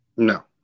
No